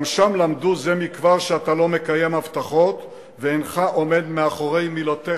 גם שם למדו זה מכבר שאתה לא מקיים הבטחות ושאינך עומד מאחורי מילותיך.